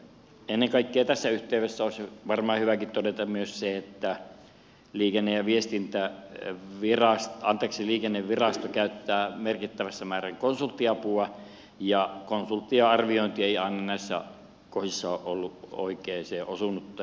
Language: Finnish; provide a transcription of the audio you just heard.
ennen kaikkea tässä yhteydessä olisi varmaan hyväkin todeta myös se että liikennevirasto käyttää merkittävässä määrin konsulttiapua ja konsulttien arviointi ei aina näissä kohdissa ole ollut oikeaan osunutta